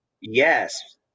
Yes